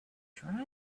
drivers